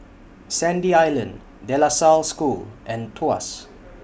Sandy Island De La Salle School and Tuas